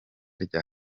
rya